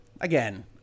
Again